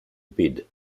bid